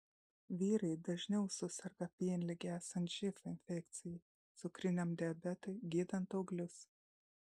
vyrai dažniau suserga pienlige esant živ infekcijai cukriniam diabetui gydant auglius